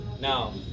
now